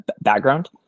background